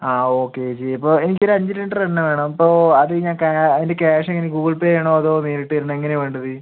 ആ ഓക്കെ ചേച്ചി ഇപ്പം എനിക്ക് ഒര് അഞ്ച് ലിറ്റർ എണ്ണ വേണം അപ്പൊൾ അത് ഞാൻ അതിൻ്റ ക്യാഷ് എങ്ങനെയാ ഗൂഗിൾപേ ആണോ അതോ നേരിട്ട് തരുന്ന എങ്ങനെയാണ് വേണ്ടത്